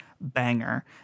banger